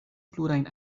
plurajn